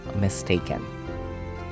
mistaken